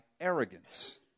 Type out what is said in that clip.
arrogance